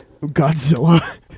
Godzilla